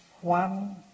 one